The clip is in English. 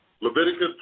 Leviticus